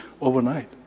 overnight